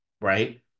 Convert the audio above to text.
Right